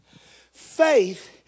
faith